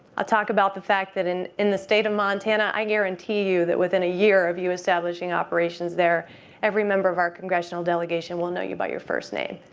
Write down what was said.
i'll talk about the fact that in in the state of montana i guarantee you that within a year of you establishing operations there every member of our congressional delegation will know you by your first name.